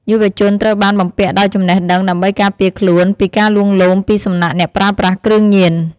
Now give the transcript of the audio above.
យុវជនត្រូវបានបំពាក់ដោយចំណេះដឹងដើម្បីការពារខ្លួន ពីការលួងលោមពីសំណាក់អ្នកប្រើប្រាស់គ្រឿងញៀន។